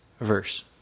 verse